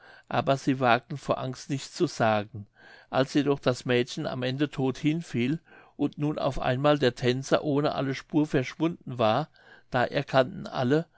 aber sie wagten vor angst nichts zu sagen als jedoch das mädchen am ende todt hinfiel und nun auf einmal der tänzer ohne alle spur verschwunden war da erkannten alle